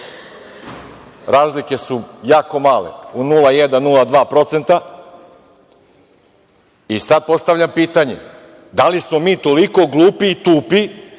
Razlike su jako male, u 0,1% – 0,2%.I sada, postavljam pitanje – da li smo mi toliko glupi i tupi